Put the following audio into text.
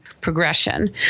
progression